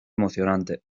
emocionante